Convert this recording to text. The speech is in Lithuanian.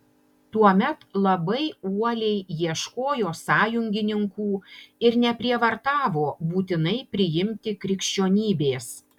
tuomet labai uoliai ieškojo sąjungininkų ir neprievartavo būtinai priimti krikščionybės